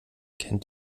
kennt